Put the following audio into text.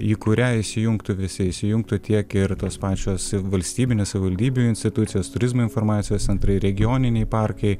į kurią įsijungtų visi įsijungtų tiek ir tos pačios valstybinės savivaldybių institucijos turizmo informacijos centrai regioniniai parkai